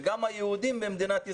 וגם היהודים במדינת ישראל,